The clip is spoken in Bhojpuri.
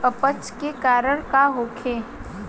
अपच के कारण का होखे?